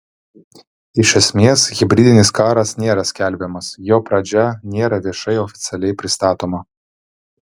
iš esmės hibridinis karas nėra skelbiamas jo pradžia nėra viešai oficialiai pristatoma